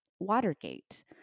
Watergate